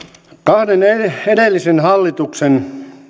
kahden edellisen hallituksen